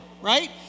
right